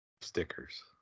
stickers